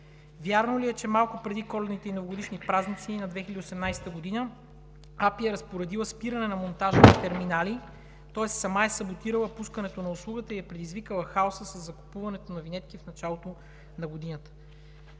Вярно ли е, че малко преди коледните и новогодишни празници на 2018 г. АПИ е разпоредила спиране на монтажните терминали, тоест сама е саботирала пускането на услугата и е предизвикала хаоса със закупуването на винетки в началото на годината?